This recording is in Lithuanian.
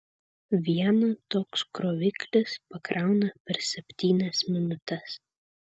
vieną toks kroviklis pakrauna per septynias minutes